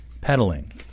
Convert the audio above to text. pedaling